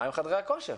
מה עם חדרי הכושר?